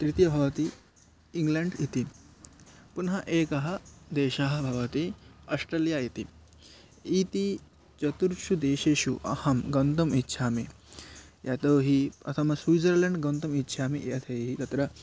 तृतीयः भवति इङ्ग्ल्याण्ड् इति पुनः एकः देशः भवति अस्ट्रेलिय इति इति चतुर्षु देशेषु अहं गन्तुम् इच्छामि यतोऽहि अहं स्विज़र्ल्याण्ड् गन्तुम् इच्छामि यतैः तत्र